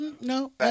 No